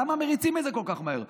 למה מריצים את זה כל כך מהר?